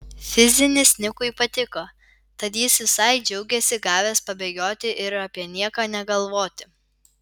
fizinis nikui patiko tad jis visai džiaugėsi gavęs pabėgioti ir apie nieką negalvoti